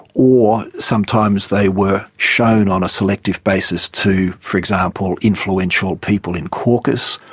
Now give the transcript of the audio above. or sometimes they were shown on a selective basis to, for example, influential people in caucus,